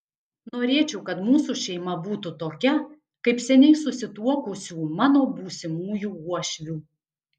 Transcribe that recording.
norėčiau kad mūsų šeima būtų tokia kaip seniai susituokusių mano būsimųjų uošvių